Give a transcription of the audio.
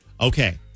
Okay